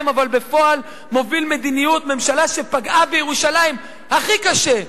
אבל בפועל מוביל מדיניות ממשלה שפגעה בירושלים הכי קשה,